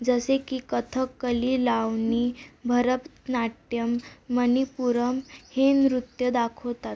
जसे की कथक्कली लावणी भरपनाट्यम मणिपूरम हे नृत्य दाखवतात